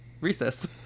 recess